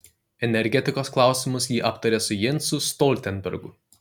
energetikos klausimus ji aptarė su jensu stoltenbergu